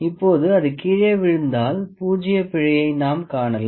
இப்போது அது கீழே விழுந்ததால் பூஜ்ஜிய பிழையை நாம் காணலாம்